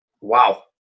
Wow